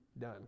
done